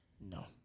No